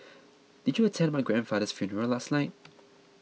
did you attend my grandfather's funeral last night